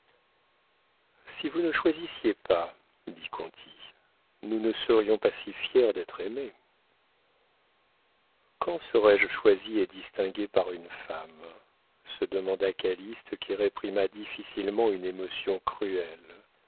si vous ne choisissiez pas dit conti nous ne serions pas si fiers d'être aimés quand serai-je choisi et distingué par une femme se demanda calyste qui réprima difficilement une émotion cruelle